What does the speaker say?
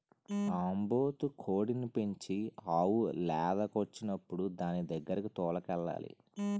ఆంబోతు కోడిని పెంచి ఆవు లేదకొచ్చినప్పుడు దానిదగ్గరకి తోలుకెళ్లాలి